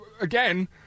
again